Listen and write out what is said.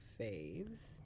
faves